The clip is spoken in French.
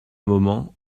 moment